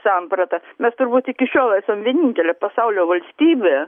sampratą mes turbūt iki šiol esam vienintelė pasaulio valstybė